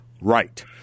Right